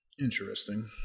Interesting